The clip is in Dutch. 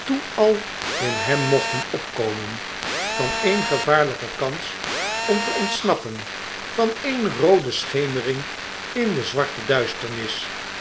al in hem mochten opkomen van een gevaarlijke kans om te ontsnappen van een roode schemering in de zwarte duisternis